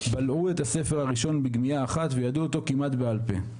הם בלעו את הספר הראשון בגמיעה אחת וידעו אותו כמעט בעל פה.